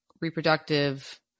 reproductive